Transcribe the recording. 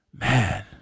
man